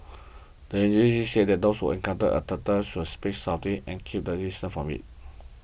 the agencies said those who encounter a turtle should speak softly and keep their distance from it